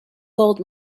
gold